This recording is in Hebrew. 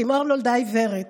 כי מור נולדה עיוורת.